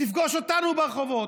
תפגוש אותנו ברחובות.